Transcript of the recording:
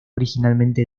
originalmente